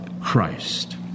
Christ